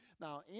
Now